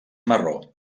marró